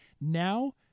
now